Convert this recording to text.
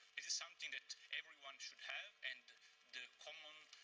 is is something that everyone should have, and the common